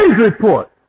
report